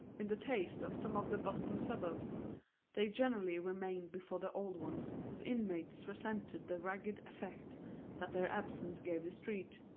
in the taste of some of the boston suburbs they generally remained before the old ones, whose inmates resented the ragged effect that their absence gave the street.